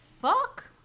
fuck